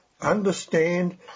understand